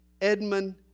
Edmund